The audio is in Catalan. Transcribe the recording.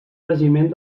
regiment